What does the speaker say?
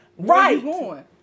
Right